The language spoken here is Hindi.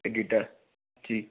एडिटर जी